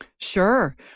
Sure